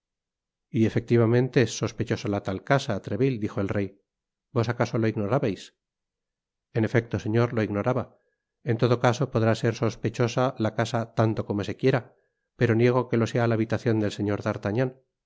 y efectivamente es sospechosa la tal casa treville dijo el rey vos acaso lo ignorabais en efecto señor lo ignoraba en todo caso podrá ser sospechosa la casa tanto como se quiera pero niego que lo sea la habitacion del señor